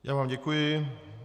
Já vám děkuji.